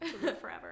forever